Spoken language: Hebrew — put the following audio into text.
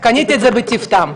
קניתי את זה בטיב טעם,